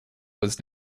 was